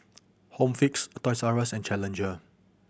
Home Fix Toys Rus and Challenger